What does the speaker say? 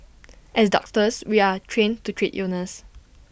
as doctors we are trained to treat illness